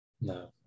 no